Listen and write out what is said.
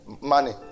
money